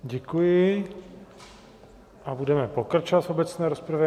Děkuji a budeme pokračovat v obecné rozpravě.